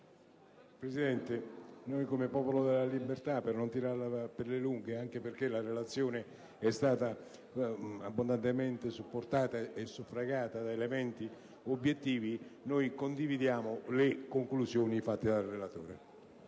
Presidente, come Popolo della Libertà, senza voler andare per le lunghe, anche perché la relazione è stata abbondantemente supportata e suffragata da elementi obiettivi, condividiamo le conclusioni del relatore.